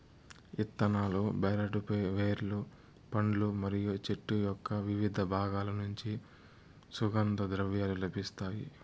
ఇత్తనాలు, బెరడు, వేర్లు, పండ్లు మరియు చెట్టు యొక్కవివిధ బాగాల నుంచి సుగంధ ద్రవ్యాలు లభిస్తాయి